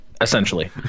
Essentially